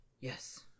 Yes